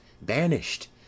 banished